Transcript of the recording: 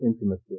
intimacy